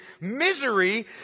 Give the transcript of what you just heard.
misery